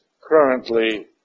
currently